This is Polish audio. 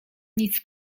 nic